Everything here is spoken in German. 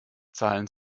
zahlen